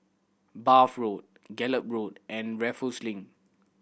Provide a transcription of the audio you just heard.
Bath Road Gallop Road and Raffles Link